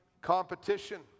competition